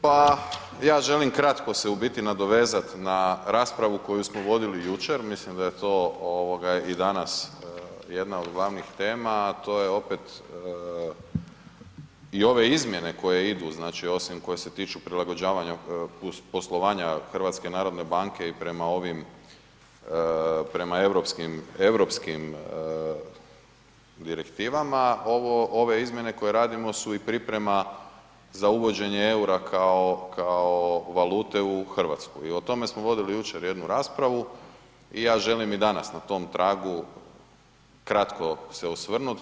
Pa ja želim se kratko se u biti nadovezat na raspravu koju smo vodili jučer, mislim da je to i danas jedna od glavnih tema a to je opet i ove izmjene koje idu, znači osim koje se tiču prilagođavanja plus poslovanja HNB-a i prema ovim, prema europskim direktivama, ove izmjene koje radimo su i priprema za uvođenje eura kao valute u Hrvatskoj i o tome vodili jučer jednu raspravu i ja želim i danas na tom tragu kratko se osvrnuti.